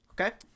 Okay